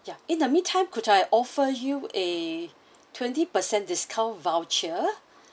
yeah in the meantime could I offer you a twenty percent discount voucher